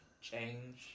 change